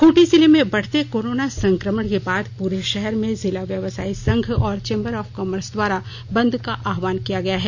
खूंटी जिले में बढ़ते कोरोना संक्रमण के बाद पूरे शहर में जिला व्यवसायी संघ और चैम्बर ऑफ कॉमर्स द्वारा बन्द का आह्वान किया गया है